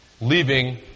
leaving